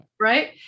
Right